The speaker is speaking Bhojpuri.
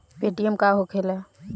पेटीएम का होखेला?